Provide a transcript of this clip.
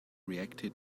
reacted